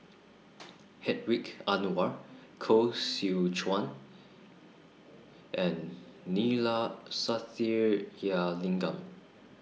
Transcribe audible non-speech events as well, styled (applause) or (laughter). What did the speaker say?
(noise) Hedwig Anuar Koh Seow Chuan and Neila Sathyalingam